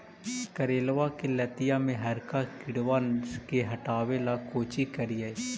करेलबा के लतिया में हरका किड़बा के हटाबेला कोची करिए?